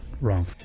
wrong